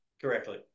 correctly